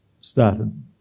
started